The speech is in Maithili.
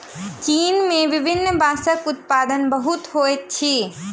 चीन में विभिन्न बांसक उत्पादन बहुत होइत अछि